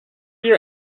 year